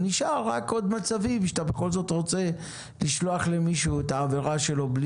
נשארים רק עוד מצבים שאתה בכל זאת לשלוח למישהו את העבירה שלו.